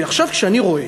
עכשיו, כשאני רואה